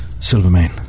Silvermane